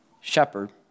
shepherd